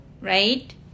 right